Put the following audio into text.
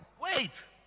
Wait